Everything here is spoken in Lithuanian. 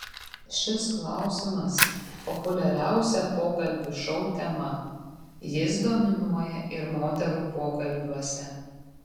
šis klausimas populiariausia pokalbių šou tema jis dominuoja ir moterų pokalbiuose